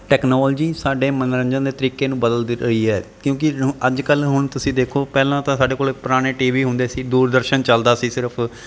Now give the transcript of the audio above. technology ਸਾਡੇ ਮਨੋਰੰਜਨ ਦੇ ਤਰੀਕੇ ਨੂੰ ਬਦਲ ਦ ਰਹੀ ਹੈ ਕਿਉਂਕਿ ਅੱਜ ਕੱਲ ਹੁਣ ਤੁਸੀਂ ਦੇਖੋ ਪਹਿਲਾਂ ਤਾਂ ਸਾਡੇ ਕੋਲ ਪੁਰਾਣੇ ਟੀ ਵੀ ਹੁੰਦੇ ਸੀ ਦੂਰਦਰਸ਼ਨ ਚੱਲਦਾ ਸੀ ਸਿਰਫ